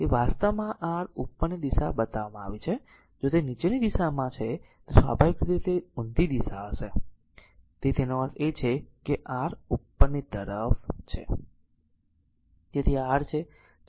તેથી આ વાસ્તવમાં r ઉપરની દિશા બતાવવામાં આવી છે જો તે નીચેની દિશામાં છે તો સ્વાભાવિક રીતે તે ઉંધી દિશા હશે તેથી આનો અર્થ છે કે r ઉપરની તરફ છે